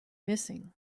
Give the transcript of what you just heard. missing